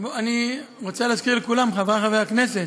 אני רוצה להזכיר לכולם, חברי חברי הכנסת,